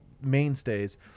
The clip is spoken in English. mainstays